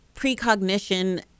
Precognition